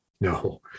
No